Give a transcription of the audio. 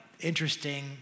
interesting